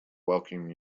welcome